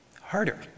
Harder